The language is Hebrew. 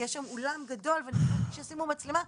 כי יש שם אולם גדול ואני מבקשת שישימו מצלמה,